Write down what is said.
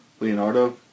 Leonardo